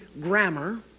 grammar